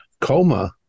coma